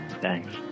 Thanks